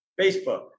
facebook